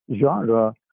genre